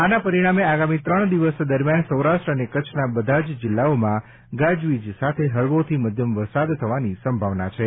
આના પરિણામે આગામી ત્રણ દિવસ દરમિયાન સૌરાષ્ટ્ર અને કચ્છના બધા જ જિલ્લાઓમાં ગાજવીજ સાથે હળવોથી મધ્યમ વરસાદ થવાની સંભાવના છે